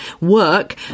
work